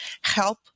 help